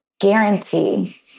guarantee